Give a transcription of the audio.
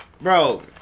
Bro